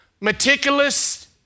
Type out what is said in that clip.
meticulous